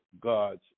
God's